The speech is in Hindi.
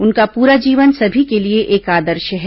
उनका पूरा जीवन सभी के लिए एक आदर्श है